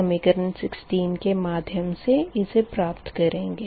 समीकरण 16 के माध्यम से इसे प्राप्त करेंगे